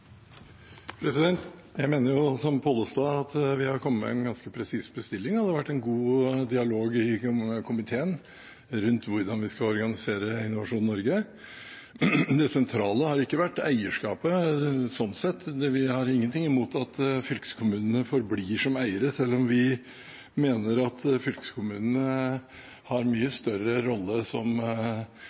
Jeg mener, som Pollestad, at vi har kommet med en ganske presis bestilling, og det har vært en god dialog i komiteen rundt hvordan vi skal organisere Innovasjon Norge. Det sentrale har ikke vært eierskapet, sånn sett. Vi har ingenting imot at fylkeskommunene forblir eiere, selv om vi mener at fylkeskommunene har en mye større rolle som